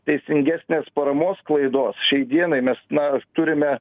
teisingesnės paramos sklaidos šiai dienai mes na turime